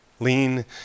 Lean